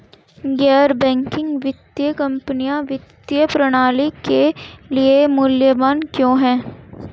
गैर बैंकिंग वित्तीय कंपनियाँ वित्तीय प्रणाली के लिए मूल्यवान क्यों हैं?